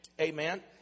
Amen